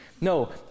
No